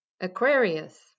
Aquarius